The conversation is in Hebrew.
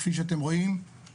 כפי שאתם רואים,